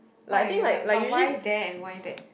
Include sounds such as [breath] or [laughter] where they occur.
like I think like like usually [breath]